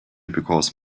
because